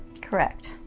Correct